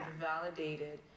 validated